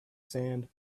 sand